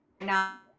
now